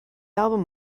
album